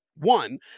One